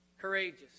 courageous